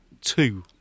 two